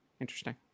Interesting